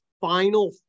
final